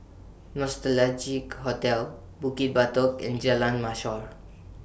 Nostalgia Hotel Bukit Batok and Jalan Mashor